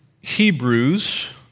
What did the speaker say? Hebrews